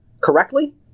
correctly